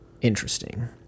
interesting